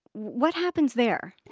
what happens there?